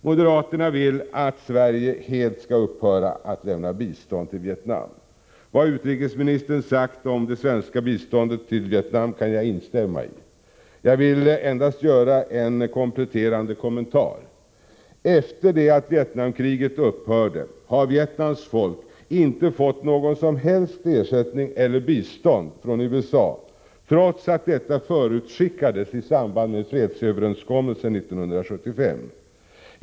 Moderaterna vill att Sverige helt skall upphöra att lämna bistånd till Vietnam. Vad utrikesministern sagt här om det svenska biståndet till Vietnam kan jag instämma i. Jag vill endast göra en kompletterande kommentar. Efter det att Vietnamkriget upphörde har Vietnams folk inte fått någon som helst ersättning eller något bistånd från USA, trots att detta förutskickades i samband med fredsöverenskommelsen 1975.